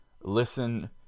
listen